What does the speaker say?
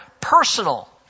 personal